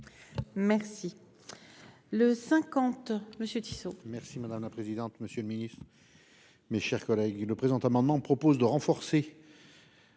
Merci,